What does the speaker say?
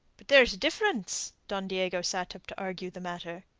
but there is a difference. don diego sat up to argue the matter.